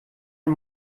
ein